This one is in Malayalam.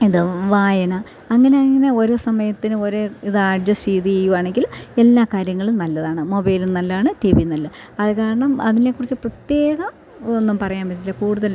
ഇതു വായന അങ്ങനെ അങ്ങനെ ഓരോ സമയത്തിന് ഒരു ഇതഡ്ജസ്റ്റ് ചെയ്തെയ്യുവാണെങ്കിൽ എല്ലാ കാര്യങ്ങളും നല്ലതാണ് മൊബൈലും നല്ലാണ് ടി വിയും നല്ല അതു കാരണം അതിനെ കുറിച്ചു പ്രത്യേകം ഒന്നും പറയാൻ പറ്റില്ല കൂടുതൽ